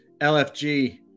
LFG